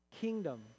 kingdom